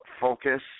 focus